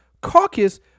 caucus